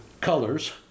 colors